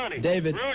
David